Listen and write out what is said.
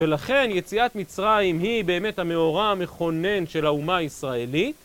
ולכן יציאת מצרים היא באמת המאורה המכונן של האומה הישראלית.